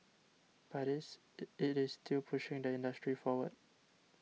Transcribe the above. but it's it is still pushing the industry forward